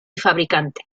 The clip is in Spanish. fabricante